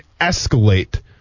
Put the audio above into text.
escalate